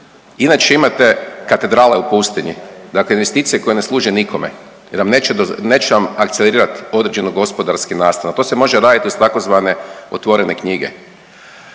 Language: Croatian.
Inače imate katedrale u pustinji, dakle investicije koje ne služe nikome jer vam, neće vam akcelerirat određeni gospodarski …/Govornik se ne razumije./… to se može raditi uz tzv. otvorene knjige.